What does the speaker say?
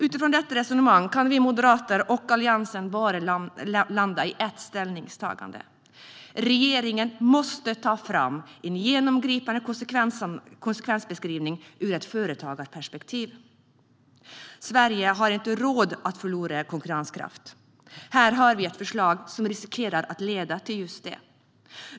Utifrån detta resonemang kan vi moderater och Alliansen bara landa i ett ställningstagande: Regeringen måste ta fram en genomgripande konsekvensbeskrivning ur ett företagarperspektiv. Sverige har inte råd att förlora konkurrenskraft. Här har vi ett förslag som riskerar att leda till just det.